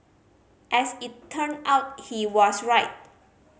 as it turned out he was right